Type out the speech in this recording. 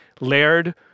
layered